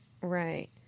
right